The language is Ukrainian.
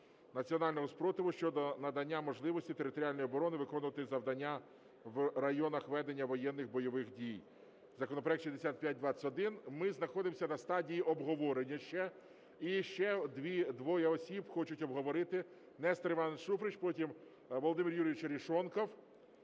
Національного спротиву щодо надання можливості територіальній обороні виконувати завдання в районах ведення воєнних (бойових) дій, законопроект 6521. Ми знаходимося на стадії обговорення ще, і ще двоє осіб хочуть обговорити – Нестор Іванович Шуфрич, потім Володимир Юрійович Арешонков.